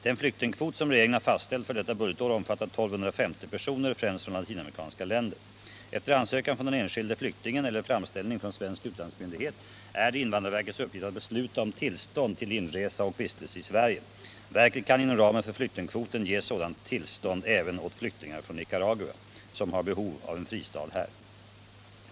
Den flyktingkvot som regeringen har fastställt för detta budgetår omfattar 1 250 personer, främst från latinamerikanska länder. Efter ansökan från den enskilde flyktingen eller framställning från svensk utlandsmyndighet är det invandrarverkets uppgift att besluta om tillstånd till inresa och vistelse i Sverige. Verket kan inom ramen för flyktingkvoten ge sådant tillstånd även åt flyktingar från Nicaragua, som har behov av en fristad här.